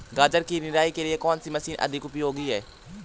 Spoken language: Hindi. गाजर की निराई के लिए कौन सी मशीन अधिक उपयोगी है?